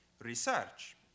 research